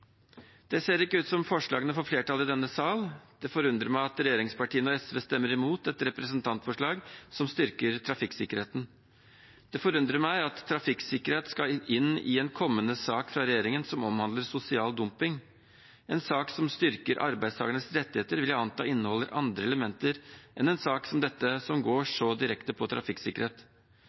Det ser ikke ut til at forslagene får flertall i denne sal; det forundrer meg at regjeringspartiene og SV stemmer imot et representantforslag som styrker trafikksikkerheten. Det forundrer meg at trafikksikkerhet skal inn i en kommende sak fra regjeringen som omhandler sosial dumping. En sak som styrker arbeidstakernes rettigheter, vil jeg anta inneholder andre elementer enn en sak som dette, som går så direkte på trafikksikkerhet.